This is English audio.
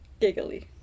giggly